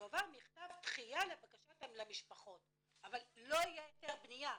יועבר מכתב דחייה לבקשת המשפחות" אבל לא יהיה היתר בניה,